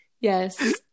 yes